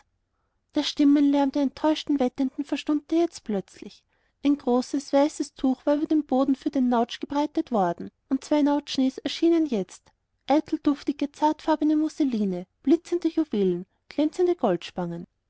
der stimmenlärm der enttäuschten wettenden verstummte jetzt plötzlich ein großes weißes tuch war über den boden für den nautsch gebreitet worden und zwei nautschnis erschienen jetzt eitel duftige zartfarbige musseline blitzende juwelen glänzende goldspangen